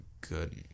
good